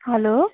hello